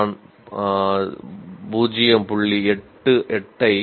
நான் 0